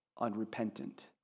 unrepentant